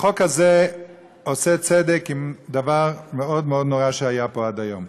החוק הזה עושה צדק בדבר מאוד מאוד נורא שהיה פה עד היום.